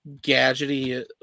gadgety